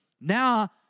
Now